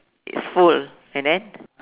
is full and then